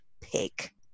pick